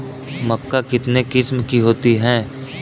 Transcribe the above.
मक्का कितने किस्म की होती है?